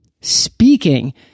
Speaking